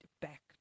back